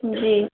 جی